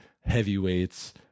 heavyweights